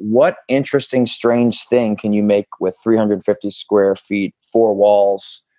what interesting, strange thing can you make with three hundred fifty square feet, four walls,